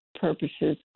purposes